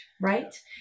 right